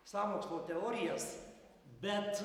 sąmokslo teorijas bet